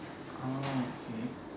okay